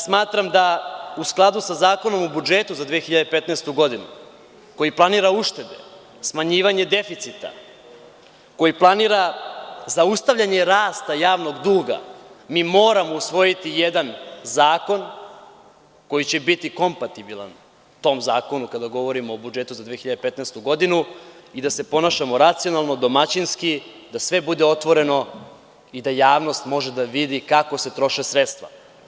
Smatram da u skladu sa Zakonom o budžetu za 2015. godinu, koji planira uštede, smanjivanje deficita, koji planira zaustavljanje rasta javnog duga, mi moramo usvojiti jedan zakon koji će biti kompatibilan tom zakonu kada govorimo o budžetu za 2015. godinu i da se ponašamo racionalno, domaćinski, da sve bude otvoreno i da javnost može da vidi kako se troše sredstva.